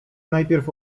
najpierw